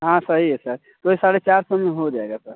हाँ सही है सर वही साढ़े चार सौ में हो जाएगा सर